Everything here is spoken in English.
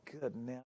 goodness